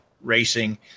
racing